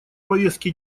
повестки